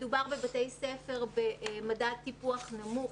מדובר בבתי ספר במדד טיפוח נמוך,